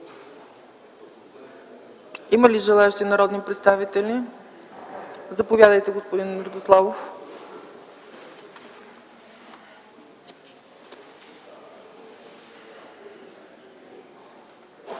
Има ли желаещи народни представители? Заповядайте, господин Радославов.